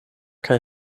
kaj